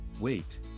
wait